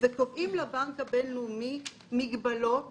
וקובעים לבנק הבינלאומי מגבלות